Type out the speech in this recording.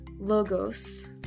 logos